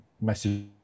message